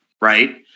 right